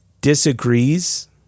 disagrees